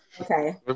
okay